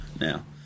now